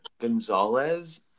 gonzalez